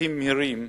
ופיתוחים מהירים